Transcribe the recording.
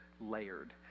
layered